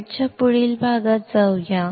स्लाईडच्या पुढील भागात जाऊया